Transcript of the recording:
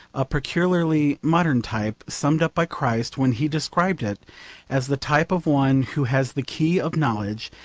a peculiarly modern type, summed up by christ when he describes it as the type of one who has the key of knowledge,